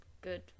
good